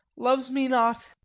loves me not!